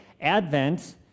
advent